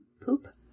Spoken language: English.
poop